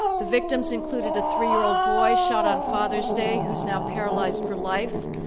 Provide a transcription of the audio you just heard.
the victims included a three-year-old boy shot on father's day who's now paralyzed for life,